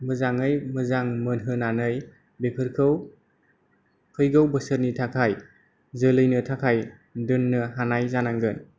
मोजाङै मोजां मोनहोनानै बेफोरखौ फैगौ बोसोरनि थाखाय जोलैनो थाखाय दोननो हानाय जानांगोन